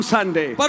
Sunday